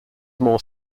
more